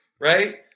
right